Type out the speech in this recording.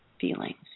feelings